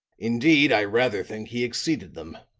indeed, i rather think he exceeded them.